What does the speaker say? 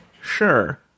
Sure